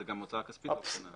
זאת גם הוצאה כספית לא קטנה.